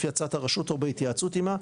לפי הצעת הרשות או בהתייעצות עמה,